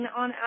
on